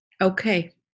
okay